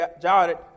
Jared